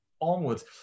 onwards